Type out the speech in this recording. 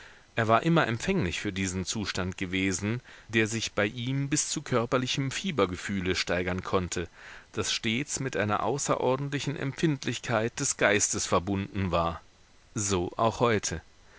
er war immer empfänglich für diesen zustand gewesen der sich bei ihm bis zu körperlichem fiebergefühle steigern konnte das stets mit einer außerordentlichen empfindlichkeit des geistes verbunden war so auch heute